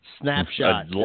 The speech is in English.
snapshot